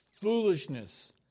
foolishness